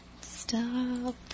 Stop